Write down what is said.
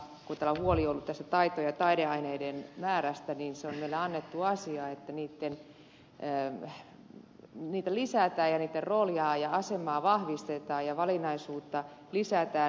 kun täällä on huoli ollut taito ja taideaineiden määrästä niin se on meille annettu asia että niitä lisätään ja niitten roolia ja asemaa vahvistetaan ja valinnaisuutta lisätään